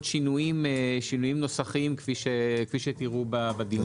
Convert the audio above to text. שינויים ניסוחיים כפי שתראו בדיון הבא.